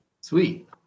Sweet